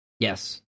Yes